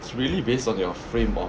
it's really based on your frame of